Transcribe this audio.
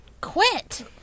quit